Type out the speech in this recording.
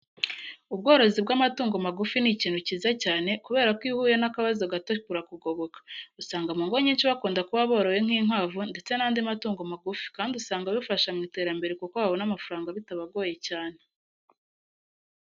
Ubworozi bw'amatungo magufi ni ikintu cyiza cyane kubera ko iyo uhuye n'akabazo gato burakugoboka. Usanga mu ngo nyinshi bakunda kuba boroye nk'inkwavu ndetse n'andi matungo magufi kandi usanga bifasha mu iterambere kuko babona amafaranga bitabagoye cyane.